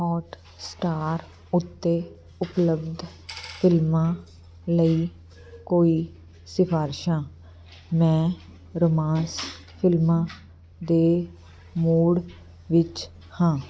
Hotstar ਉੱਤੇ ਉਪਲਬਧ ਫਿਲਮਾਂ ਲਈ ਕੋਈ ਸਿਫਾਰਸ਼ਾਂ ਮੈਂ ਰੋਮਾਂਸ ਫਿਲਮਾਂ ਦੇ ਮੂਡ ਵਿੱਚ ਹਾਂ